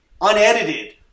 unedited